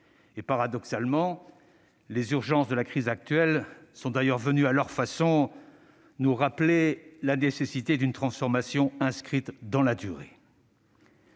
Paradoxalement, les urgences de la crise actuelle sont d'ailleurs venues, à leur façon, nous rappeler la nécessité d'une transformation inscrite dans la durée.